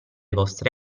vostri